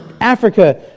Africa